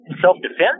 self-defense